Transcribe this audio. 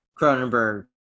Cronenberg